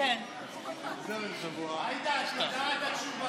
את יודעת את התשובה.